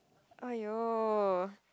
!aiyo!